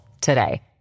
today